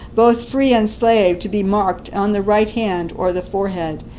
both free and slave, to be marked on the right hand or the forehead,